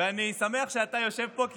ואני שמח שאתה יושב פה,